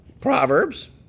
Proverbs